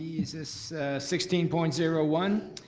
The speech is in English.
is this sixteen point zero one?